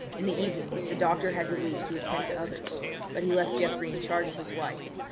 in the evening the doctor had to leave to attend to others but he left geoffrey in charge of his wife.